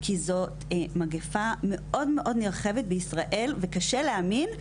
כי זאת מגפה מאוד מאוד נרחבת בישראל וקשה להאמין,